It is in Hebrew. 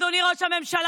אדוני ראש הממשלה,